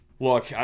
Look